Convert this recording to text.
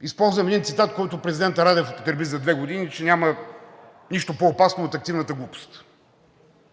използвам един цитат, който президентът Радев употреби за две години – „Няма нищо по-опасно от активната глупост.“